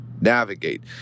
Navigate